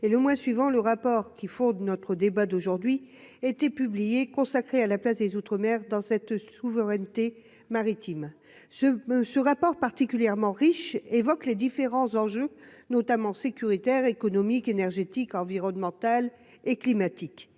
et le mois suivant le rapport qui faut notre débat d'aujourd'hui étaient publiés, consacré à la place des outre-mer dans cette souveraineté maritime ce ce rapport particulièrement riche évoque les différents enjeux, notamment, sécuritaires, économiques, énergétiques, environnementales et climatiques